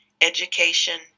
education